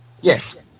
Yes